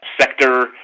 sector